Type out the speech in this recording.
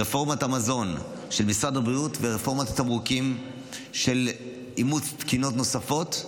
רפורמת המזון של משרד הבריאות ורפורמת התמרוקים של אימוץ תקינות נוספות.